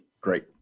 Great